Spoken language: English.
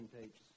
tapes